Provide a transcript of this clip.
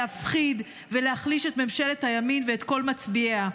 להפחיד ולהחליש את ממשלת הימין ואת כל מצביעיה.